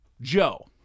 Joe